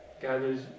gathers